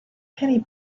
penny